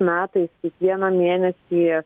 metais kiekvieną mėnesį